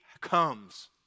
comes